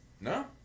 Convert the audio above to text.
No